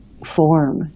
form